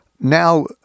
now